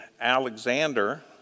Alexander